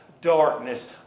darkness